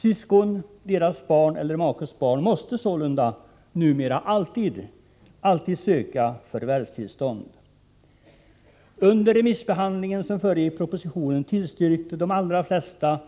Syskon, deras barn eller makes barn måste sålunda numera alltid söka förvärvstillstånd. Under den remissbehandling som föregick propositionen tillstyrkte de allra flesta